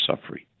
suffering